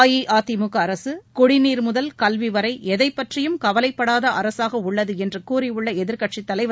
அஇஅதிமுக அரசு குடிநீர் முதல் கல்வி வரை எதைப்பற்றியும் கவலைப்படாத அரசாக உள்ளது என்று கூறியுள்ள எதிர்க்கட்சித் தலைவர்